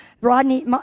Rodney